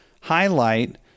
highlight